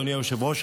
אדוני היושב-ראש,